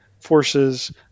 forces